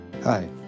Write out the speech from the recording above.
Hi